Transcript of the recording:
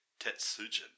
Tetsujin